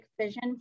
vision